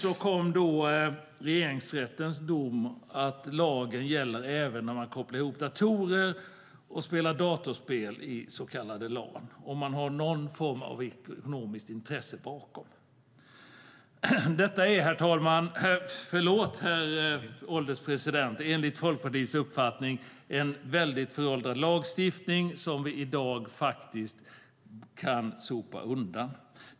År 2007 kom regeringsrättens dom att lagen gäller även när man kopplar ihop datorer och spelar dataspel i så kallade LAN om det finns någon form av ekonomiskt intresse bakom. Detta är, herr ålderspresident, enligt Folkpartiets uppfattning en väldigt föråldrad lagstiftning som vi i dag faktiskt kan sopa undan.